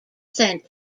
sent